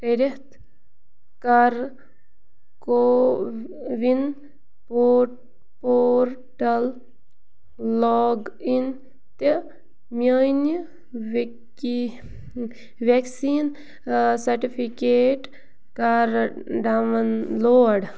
کٔرِتھ کر CoWIN پور پورٹل لاگ اِن تہِ میٛانہِ وِکی ویٚکسیٖن ٲں سٔرٹِفیکیٹ کرٕ ڈاوُن لوڈ